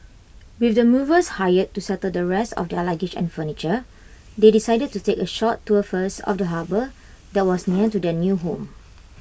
with the movers hired to settle the rest of their luggage and furniture they decided to take A short tour first of the harbour that was near to their new home